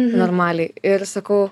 normaliai ir sakau